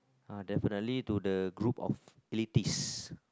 uh definitely to the group of elitist